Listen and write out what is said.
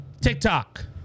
TikTok